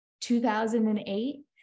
2008